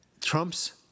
Trump's